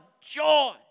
joy